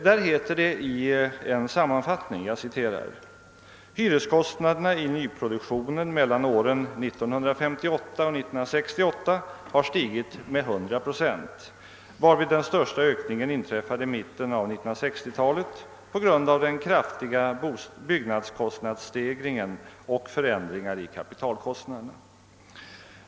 Där heter det i en sammanfattning: ”Hyreskostnaderna i nyproduktionen mellan åren 1958 och 1968 har stigit med 100 4, varvid den största ökningen inträffade i mitten av 1960-talet på grund av den kraftiga byggnadskostnadsstegringen och förändringen i kapitalkostnaderna.